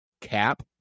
Cap